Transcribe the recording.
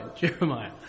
Jeremiah